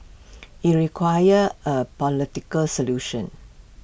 IT requires A political solution